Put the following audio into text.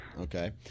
Okay